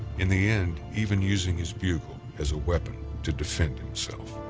in the end, even using his bugle as a weapon to defend himself.